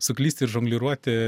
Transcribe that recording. suklysti ir žongliruoti